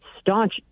staunch